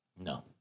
No